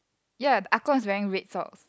ya the ah gong is wearing red socks